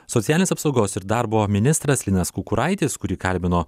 socialinės apsaugos ir darbo ministras linas kukuraitis kurį kalbino